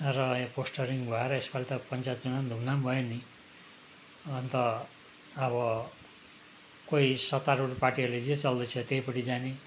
र यहाँ पोस्टरिङ भएर यसपाली त पञ्चायत चुनाउ पनि धुमधाम भयो नि अन्त अब केही सत्तारुढ पार्टीहरूले जे चल्दैछ त्यहीपट्टि जाने